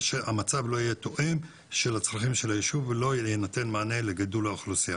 המצב לא יהיה תואם את צרכי הישוב ולא יינתן מענה לגידול האוכלוסייה,